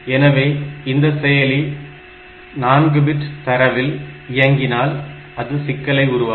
எனவே இந்த செயலி 4 பிட் தரவில் இயங்கினால் அது சிக்கலை உருவாக்கும்